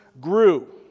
grew